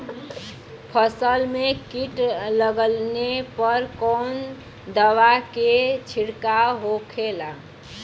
फसल में कीट लगने पर कौन दवा के छिड़काव होखेला?